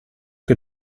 che